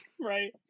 Right